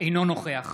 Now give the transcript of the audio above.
אינו נוכח